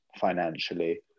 financially